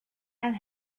and